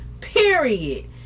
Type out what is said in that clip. Period